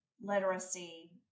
literacy